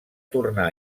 tornar